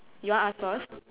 you want ask first